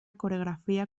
coreografía